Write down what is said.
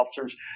officers